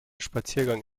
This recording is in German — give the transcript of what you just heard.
spaziergang